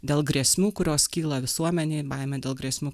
dėl grėsmių kurios kyla visuomenei baimė dėl grėsmių